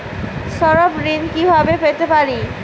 স্বল্প ঋণ কিভাবে পেতে পারি?